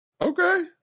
okay